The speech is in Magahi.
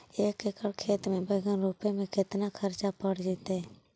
एक एकड़ खेत में बैंगन रोपे में केतना ख़र्चा पड़ जितै?